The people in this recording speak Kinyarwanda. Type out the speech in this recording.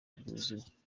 byuzuye